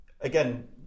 again